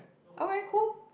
okay cool